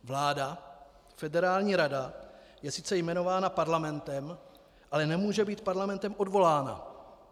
Vláda, Federální rada, je sice jmenována parlamentem, ale nemůže být parlamentem odvolána.